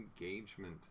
Engagement